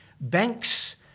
Banks